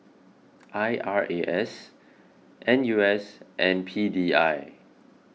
I R A S N U S and P D I